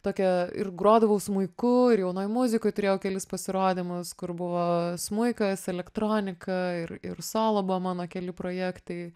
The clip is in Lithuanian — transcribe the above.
tokią ir grodavau smuiku ir jaunoj muzikoj turėjau kelis pasirodymus kur buvo smuikas elektronika ir ir solo buvo mano keli projektai